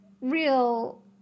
real